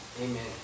Amen